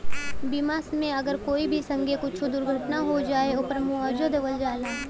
बीमा मे अगर कोई के संगे कुच्छो दुर्घटना हो जाए, ओपर मुआवजा देवल जाला